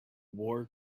war